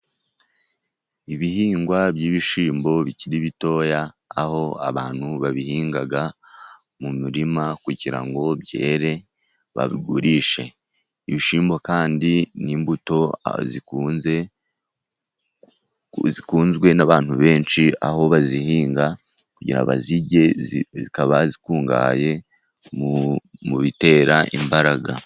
Ibihingwa by'ibishyimbo bikiri bitoya, aho abantu babihinga mu mirima, kugira ngo byere babigurishe. Ibishyimbo kandi ni imbuto zikunze zikunzwe n'abantu benshi, aho bazihinga kugira ngo bazirye, zikaba zikungahaye mu bitera imbaraga.